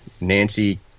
Nancy